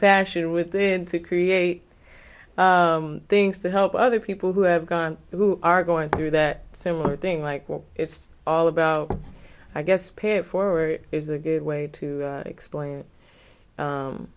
passion within to create things to help other people who have gone who are going through that similar thing like what it's all about i guess pay it forward is a good way to explain it